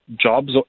jobs